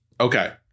Okay